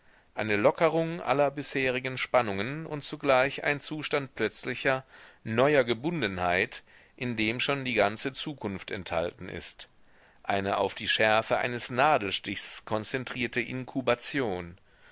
eine lockerung aller bisherigen spannungen und zugleich ein zustand plötzlicher neuer gebundenheit in dem schon die ganze zukunft enthalten ist eine auf die schärfe eines nadelstichs konzentrierte